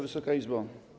Wysoka Izbo!